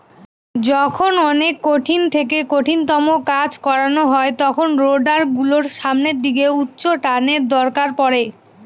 যখন অনেক কঠিন থেকে কঠিনতম কাজ করানো হয় তখন রোডার গুলোর সামনের দিকে উচ্চটানের দরকার পড়ে